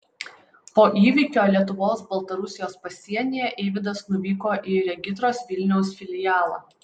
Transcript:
po įvykio lietuvos baltarusijos pasienyje eivydas nuvyko į regitros vilniaus filialą